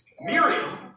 Miriam